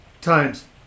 times